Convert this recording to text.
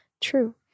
True